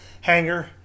hanger